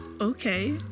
okay